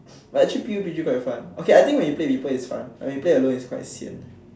but actually PUB-G quite fun okay I think when you play with people is fun when you play alone is quite sian